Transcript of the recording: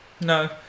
No